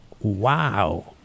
wow